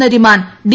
Nariman D